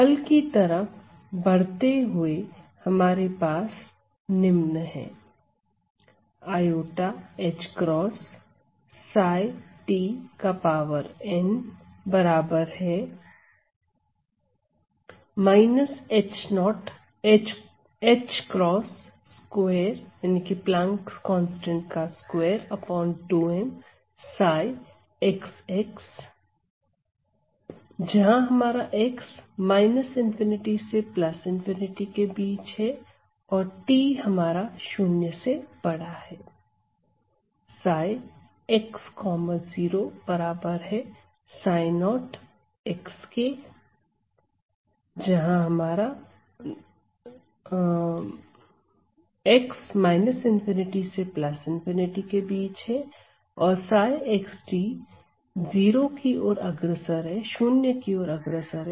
हल की तरफ बढ़ते हुए हमारे पास निम्न है